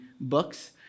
books